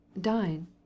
Dine